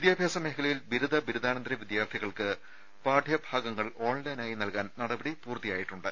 വിദ്യാഭ്യാസ മേഖലയിൽ ബിരുദ ബിരുദാനന്തര വിദ്യാർത്ഥികൾക്ക് പാഠഭാഗങ്ങൾ ഓൺലൈനായി നൽകാൻ നടപടി പൂർത്തിയായിട്ടുണ്ട്